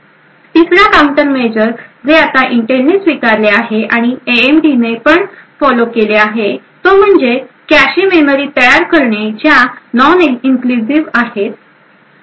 3rd रा countermeasure जे आता इंटेलने स्वीकारले आहे आणि एएमडी ने पण फोलो केले आहे तो म्हणजे कॅशे मेमरी तयार करणे ज्या नॉन इनक्लूझीव आहेत